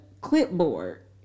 clipboard